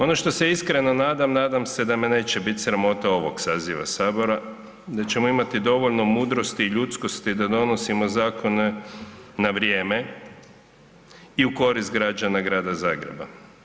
Ono što se iskreno nadam, nadam se da me neće biti sramota ovog saziva Sabora, da ćemo imati dovoljno mudrosti i ljudskosti da donosimo zakone na vrijeme i u korist građana Grada Zagreba.